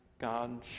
God